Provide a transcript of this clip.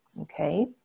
Okay